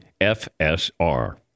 FSR